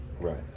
Right